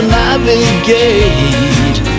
navigate